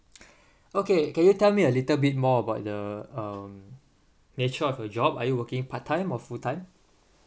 okay can you tell me a little bit more about the um nature of your job are you working part time or full time